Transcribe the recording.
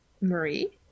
marie